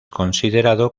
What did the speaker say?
considerado